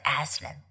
Aslan